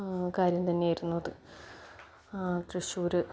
കാര്യം തന്നെയായിരുന്നു അത് തൃശ്ശൂര്